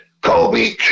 Kobe